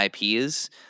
IPs